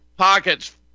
Pockets